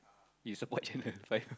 you support channel five